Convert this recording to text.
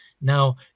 Now